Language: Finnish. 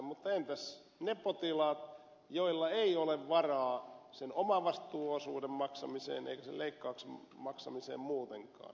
mutta entäs ne potilaat joilla ei ole varaa sen omavastuuosuuden maksamiseen eikä sen leikkauksen maksamiseen muutenkaan